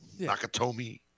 Nakatomi